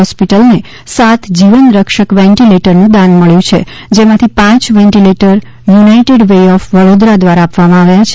હોસ્પિટલને સાત જીવન રક્ષક વેન્ટીલેટરનું દાન મબ્યું છે જેમાંથી પાંચ ventilator United Way of Vadodara દ્વારા આપવામાં આવ્યા છે